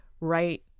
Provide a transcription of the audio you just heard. right